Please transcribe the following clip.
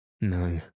No